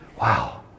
Wow